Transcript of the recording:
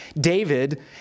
David